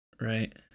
Right